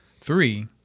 Three